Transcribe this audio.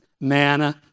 Manna